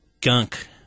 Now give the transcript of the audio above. gunk